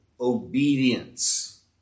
obedience